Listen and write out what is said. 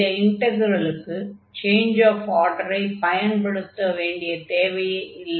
இந்த இன்டக்ரலுக்கு change of ஆர்டரை பயன்படுத்த வேண்டிய தேவையே இல்லை